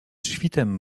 świtem